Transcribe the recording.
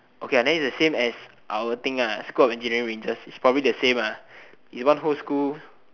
okay ah then it's the same as our thing ah school of engineering rangers it's probably the same ah is one whole school